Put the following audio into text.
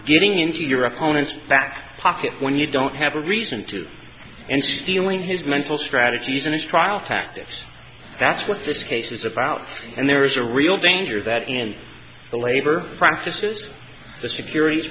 getting into your opponent's back pocket when you don't have a reason to and stealing his mental strategies and it's trial tactics that's what this case is about and there is a real danger that in the labor practices of the security